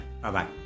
Bye-bye